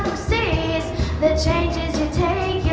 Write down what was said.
sees the changes you take